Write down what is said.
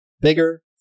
bigger